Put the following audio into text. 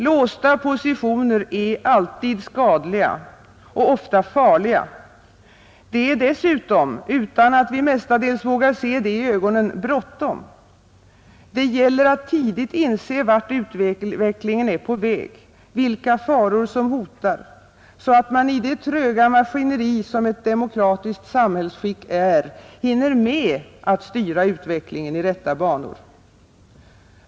Låsta positioner är alltid skadliga och ofta farliga. Det är dessutom, utan att vi mestadels vågar se det i ögonen, bråttom. Det gäller att tidigt inse vart utvecklingen är på väg, vilka faror som hotar, så att man i det tröga maskineri som ett demokratiskt samhällsskick är hinner med att styra utvecklingen i rätta banor.